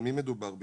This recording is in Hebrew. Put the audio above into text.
על מי מדובר בדיוק?